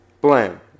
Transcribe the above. Blam